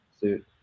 suit